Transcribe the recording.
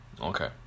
Okay